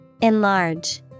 Enlarge